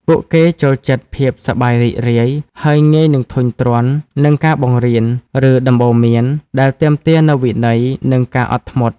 ពួកគេចូលចិត្តភាពសប្បាយរីករាយ ហើយងាយនឹងធុញទ្រាន់នឹងការបង្រៀន ឬដំបូន្មានដែលទាមទារនូវវិន័យ និងការអត់ធ្មត់។